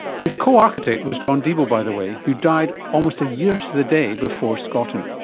his co-architect was john deeble, by the way, who died almost a year to the day before scotton.